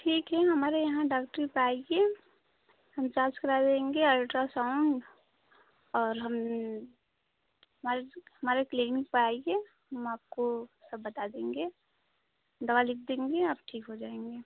ठीक है हमारे यहाँ डॉक्टरी पायकी हम चार्ज करा देंगे अल्ट्रसाउन्ड और हम हमारे क्लिनिक पर आइये हम आपको सब बता देंगे दवा लिख देंगे आप ठीक हो जायेंगे